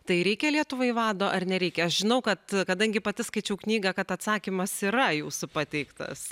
tai reikia lietuvai vado ar nereikia aš žinau kad kadangi pati skaičiau knygą kad atsakymas yra jūsų pateiktas